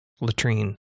latrine